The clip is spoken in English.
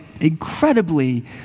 incredibly